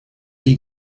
die